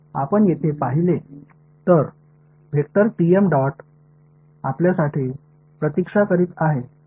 आपण येथे पाहिले तर डॉट आपल्यासाठी प्रतीक्षा करीत आहे